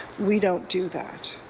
we don't do that.